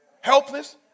helpless